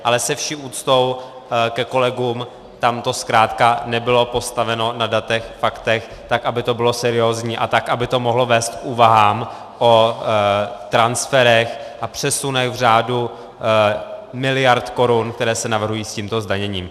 Ale se vší úctou ke kolegům, tam to zkrátka nebylo postaveno na datech, faktech tak, aby to bylo seriózní, a tak, aby to mohlo vést k úvahám o transferech a přesunech v řádu miliard korun, které se navrhují s tímto zdaněním.